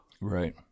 right